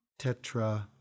tetra